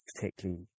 particularly